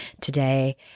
today